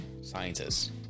scientists